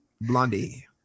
Blondie